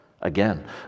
again